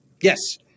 yes